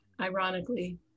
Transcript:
ironically